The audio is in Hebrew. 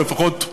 אולי לפחות,